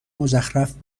مزخرف